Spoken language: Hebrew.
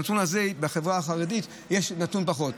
הנתון הזה בחברה החברתית הוא פחות.